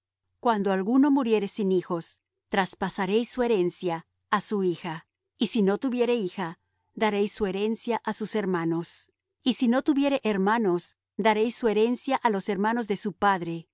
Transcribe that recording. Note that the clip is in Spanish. cuando alguno muriere sin hijos traspasaréis su herencia á su hija y si no tuviere hija daréis su herencia á sus hermanos y si no tuviere hermanos daréis su herencia á los hermanos de su padre